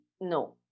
no